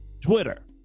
Twitter